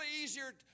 easier